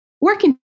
working